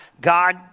God